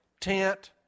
tent